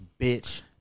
bitch